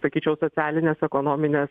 sakyčiau socialinės ekonominės